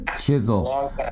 Chisel